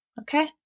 Okay